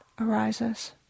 arises